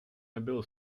nebyl